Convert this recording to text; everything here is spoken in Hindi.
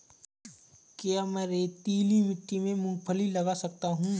क्या मैं रेतीली मिट्टी में मूँगफली लगा सकता हूँ?